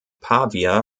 pavia